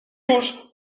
już